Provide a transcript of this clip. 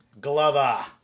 Glover